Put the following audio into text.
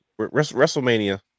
WrestleMania